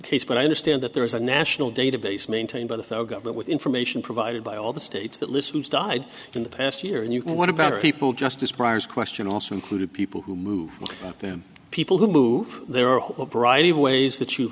protest but i understand that there is a national database maintained by the federal government with information provided by all the states that listens died in the past year and you know what about people just a surprise question also included people who move them people who move there are a variety of ways that you